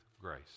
grace